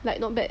like not bad